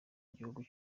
gihugu